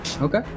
okay